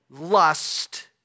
lust